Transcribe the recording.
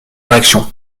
réactions